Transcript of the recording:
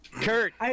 Kurt